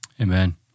Amen